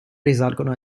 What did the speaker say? risalgono